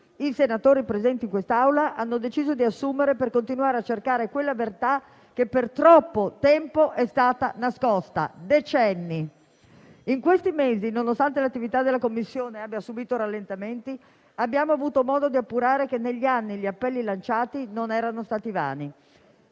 i senatori presenti hanno deciso di assumere per continuare a cercare quella verità che per troppo tempo, per decenni, è stata nascosta. In questi mesi, nonostante l'attività della Commissione abbia subito rallentamenti, abbiamo avuto modo di appurare che gli appelli lanciati negli anni non erano stati vani.